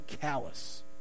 callous